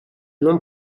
nom